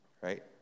right